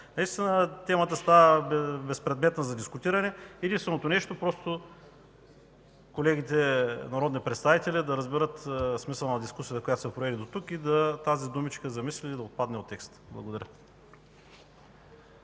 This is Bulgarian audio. Наистина темата става безпредметна за дискутиране. Единственото нещо е колегите народни представители да разберат смисъла на дискусията, която се проведе тук, и думичката „замислили” да отпадне от текста. Благодаря.